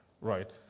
right